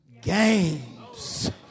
games